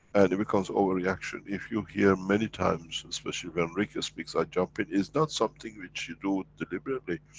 and it becomes overreaction if you hear many times, especially when rick speaks i jump in. is not something which you do deliberately.